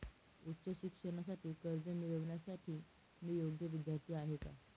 उच्च शिक्षणासाठी कर्ज मिळविण्यासाठी मी योग्य विद्यार्थी आहे का?